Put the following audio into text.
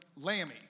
Lammy